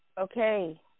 Okay